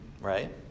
Right